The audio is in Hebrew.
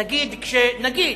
תגיד, נגיד